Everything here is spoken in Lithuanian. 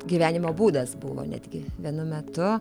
gyvenimo būdas buvo netgi vienu metu